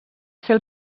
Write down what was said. ser